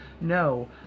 no